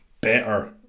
better